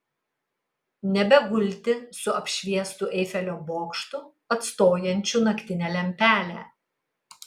nebegulti su apšviestu eifelio bokštu atstojančiu naktinę lempelę